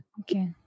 Okay